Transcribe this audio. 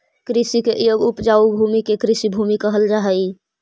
कृषि के योग्य उपजाऊ भूमि के कृषिभूमि कहल जा हई